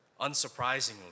Unsurprisingly